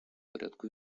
порядку